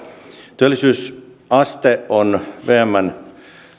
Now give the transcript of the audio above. työllisyysaste on vmn